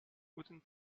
guten